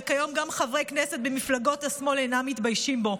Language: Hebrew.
וכיום גם חברי כנסת במפלגות השמאל אינם מתביישים בו.